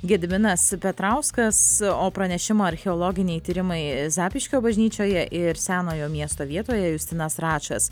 gediminas petrauskas o pranešimą archeologiniai tyrimai zapyškio bažnyčioje ir senojo miesto vietoje justinas račas